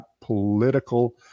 political